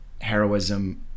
heroism